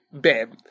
babe